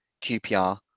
QPR